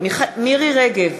מירי רגב,